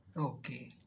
Okay